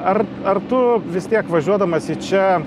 ar ar tu vis tiek važiuodamas į čia